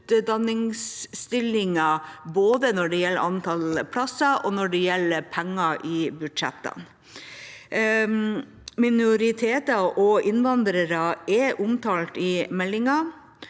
både når det gjelder antall plasser, og når det gjelder penger i budsjettene. Minoriteter og innvandrere er omtalt i meldinga,